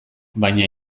baina